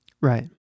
Right